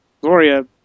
Gloria